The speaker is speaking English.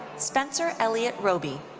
spencer ellliott roby.